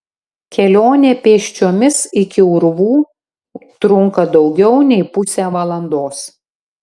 kelionė pėsčiomis iki urvų trunka daugiau nei pusę valandos